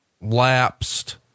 lapsed